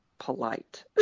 polite